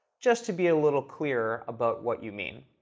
just to be a little clearer about what you mean.